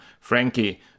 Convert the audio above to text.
Frankie